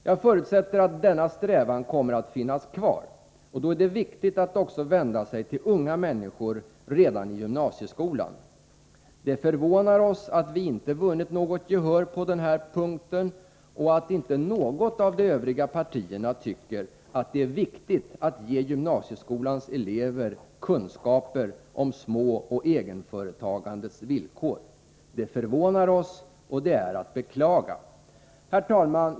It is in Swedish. Jag förutsätter att denna strävan kommer att finnas kvar, och då är det viktigt att också vända sig till unga människor redan i gymnasieskolan. Det förvånar oss att vi inte vunnit något gehör på den här punkten och att inte något av de övriga partierna tycker att det är viktigt att ge gymnasieskolans elever kunskaper om småoch egenföretagandets villkor. Det förvånar oss och är att beklaga. Herr talman!